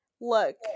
Look